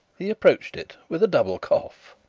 he approached it with a double cough.